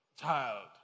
child